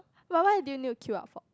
why why do you need to queue up for